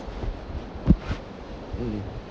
mmhmm